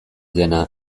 dena